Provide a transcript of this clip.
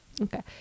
Okay